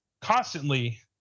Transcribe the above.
constantly –